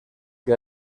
que